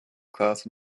class